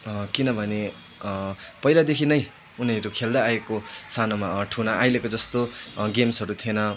किनभने पहिलादेखि नै उनीहरू खेल्दै आएको सानोमा ठुना अहिलेको जस्तो गेम्सहरू थिएन